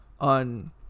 on